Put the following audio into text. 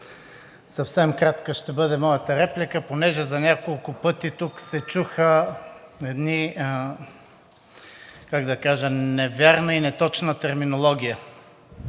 съвсем кратка ще бъде моята реплика, понеже на няколко пъти тук се чу една невярна и неточна терминология.